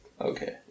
Okay